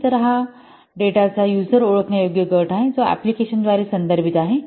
तर हा डेटाचा यूजर ओळखण्यायोग्य गट आहे जो अँप्लिकेशनद्वारे संदर्भित आहे